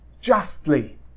justly